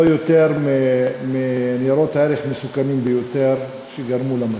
לא יותר מניירות ערך מסוכנים ביותר שגרמו למשבר.